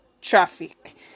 traffic